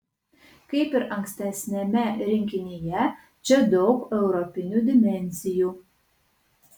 kaip ir ankstesniame rinkinyje čia daug europinių dimensijų